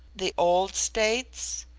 the old states?